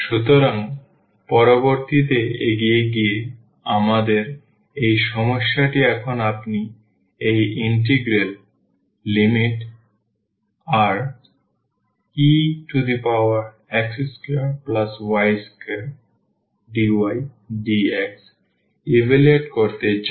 সুতরাং পরবর্তীতে এগিয়ে গিয়ে আমাদের এই সমস্যাটি এখন আপনি এই ইন্টিগ্রাল ∬Rex2y2dydx ইভালুয়েট করতে চান